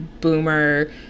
boomer